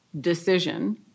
decision